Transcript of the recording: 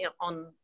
on